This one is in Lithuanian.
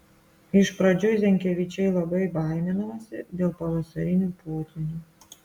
iš pradžių zenkevičiai labai baiminosi dėl pavasarinių potvynių